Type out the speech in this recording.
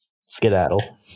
skedaddle